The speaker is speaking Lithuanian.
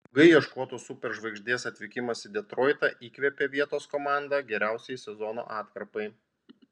ilgai ieškotos superžvaigždės atvykimas į detroitą įkvėpė vietos komandą geriausiai sezono atkarpai